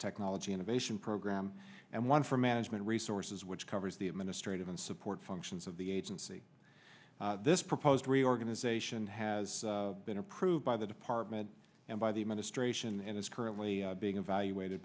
technology innovation program and one for management resources which covers the administrative and support functions of the agency this proposed reorganization has been approved by the department and by the administration and is currently being evaluated